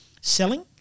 selling